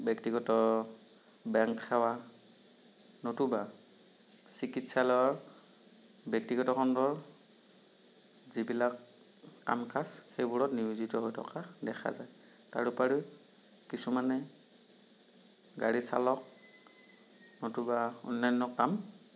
ব্যক্তিগত বেংক সেৱা নতুবা চিকিৎসালয়ৰ ব্যক্তিগত খণ্ডৰ যিবিলাক কাম কাজ সেইবোৰত নিয়োজিত হৈ থকা দেখা যায় তাৰোপৰি কিছুমানে গাড়ীচালক নতুবা অন্যান্য কাম